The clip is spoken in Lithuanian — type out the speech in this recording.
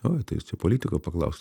o tai čia politiko paklaus